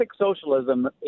socialism